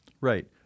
Right